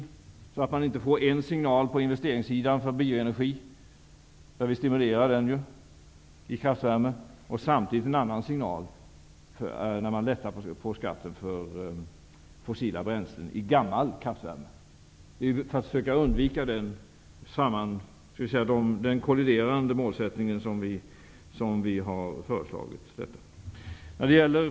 Det skall inte vara så att man får en signal på investeringssidan för bioenergi -- alltså stimulans i kraftvärme -- och samtidigt en annan signal när man lättar på skatten för fossila bränslen i gammal kraftvärme. Det är för att undvika kolliderande målsättningar som vi har föreslagit detta.